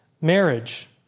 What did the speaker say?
marriage